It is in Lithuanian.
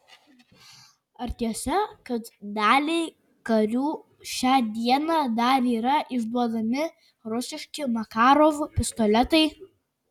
ar tiesa kad daliai karių šią dieną dar yra išduodami rusiški makarov pistoletai